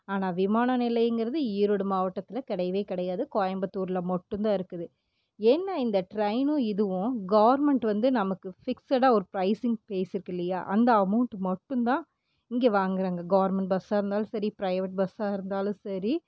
ஆனால் விமான நிலையங்கிறது ஈரோடு மாவட்டத்தில் கிடையவே கிடயாது கோயம்புத்தூரில் மட்டும்தான் இருக்குது என்ன இந்த ட்ரெயினும் இதுவும் கவர்ன்மெண்ட் வந்து நமக்கு ஃபிக்சட்டாக ஒரு பிரைசிங் பிளேஸ் இருக்குது இல்லையா அந்த அமௌண்ட் மட்டும்தான் இங்கே வாங்கிறாங்க கவர்ன்மெண்ட் பஸ்சாயிருந்தாலும் சரி பிரைவேட் பஸ்ஸாக இருந்தாலும் சரி